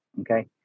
okay